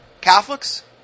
Catholics